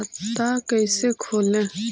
खाता कैसे खोले?